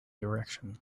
direction